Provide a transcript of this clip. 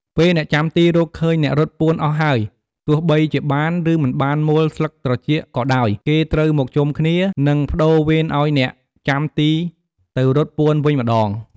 ពេលអ្នកចាំទីរកឃើញអ្នករត់ពួនអស់ហើយ ទោះបីជាបាន ឬ មិនបានមូលស្លឹកត្រចៀកក៏ដោយ គេត្រូវមកជុំគ្នា និង ប្តូរវេនឱ្យអ្នកចាំទីទៅរត់ពួនវិញម្ដង។